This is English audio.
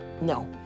No